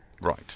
Right